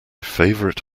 favourite